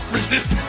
resist